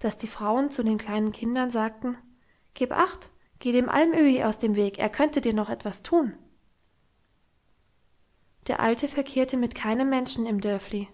dass die frauen zu den kleinen kindern sagten gib acht geh dem alm öhi aus dem weg er könnte dir noch etwas tun der alte verkehrte mit keinem menschen im dörfli